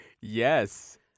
Yes